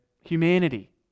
humanity